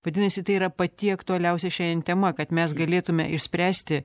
vadinasi tai yra pati aktualiausia šiandien tema kad mes galėtume išspręsti